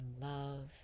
love